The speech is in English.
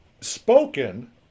spoken